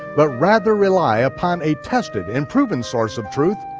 but rather rely upon a tested and proven source of truth,